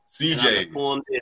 CJ